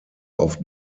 auf